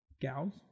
Gals